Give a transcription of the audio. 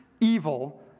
evil